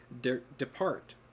depart